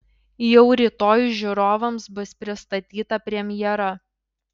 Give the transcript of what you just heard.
jau rytoj žiūrovams bus pristatyta premjera